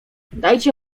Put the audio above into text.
dajcie